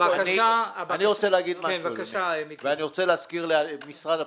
אני רוצה להגיד משהו ואני רוצה להזכיר למשרד הפנים.